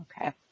Okay